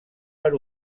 per